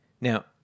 Now